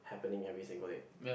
happening every single day